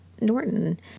norton